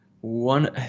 One